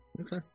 Okay